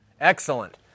Excellent